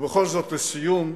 ובכל זאת, לסיום,